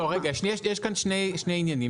לא רגע יש כאן שני עניינים,